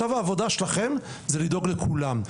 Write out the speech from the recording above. עכשיו העבודה שלכם זה לדאוג לכולם.